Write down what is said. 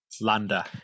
Landa